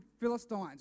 Philistines